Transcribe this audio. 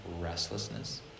restlessness